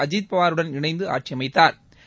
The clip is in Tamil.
அஜித்பவாருடன் இணைந்து ஆட்சியமைத்தாா்